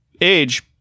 age